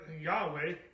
Yahweh